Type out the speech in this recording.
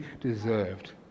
deserved